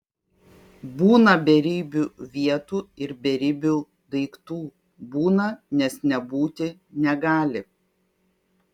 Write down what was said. būna beribių vietų ir beribių daiktų būna nes nebūti negali